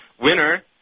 Winner